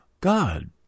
God